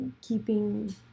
keeping